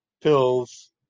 pills